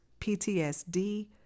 ptsd